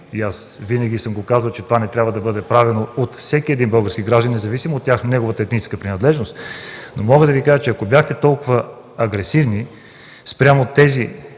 и аз винаги съм го казвал, че това не трябва да бъде правено от всеки един български гражданин, независимо от неговата етническа принадлежност, но ако бяхте толкова агресивни спрямо тези,